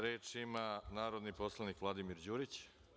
Reč ima narodni poslanik Vladimir Đurić.